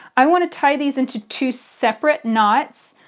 i want to tie these into two separate knots,